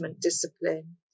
discipline